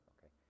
Okay